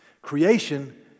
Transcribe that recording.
Creation